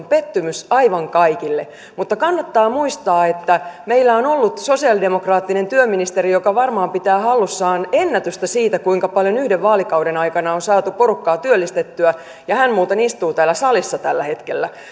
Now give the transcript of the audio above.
pettymys aivan kaikille mutta kannattaa muistaa että meillä on ollut sosialidemokraattinen työministeri joka varmaan pitää hallussaan ennätystä siitä kuinka paljon yhden vaalikauden aikana on saatu porukkaa työllistettyä ja hän muuten istuu täällä salissa tällä hetkellä